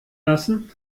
lassen